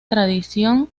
tradición